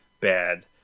bad